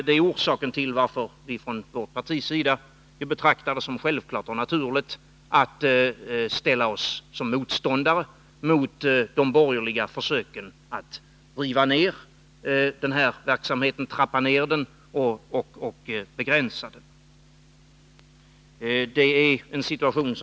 Det är orsaken till att vi från vårt partis sida betraktar det som självklart och naturligt att ställa oss som motståndare mot de borgerliga försöken att riva ned den här verksamheten, trappa ned och begränsa den.